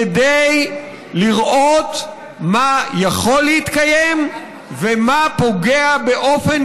כדי לראות מה יכול להתקיים ומה פוגע באופן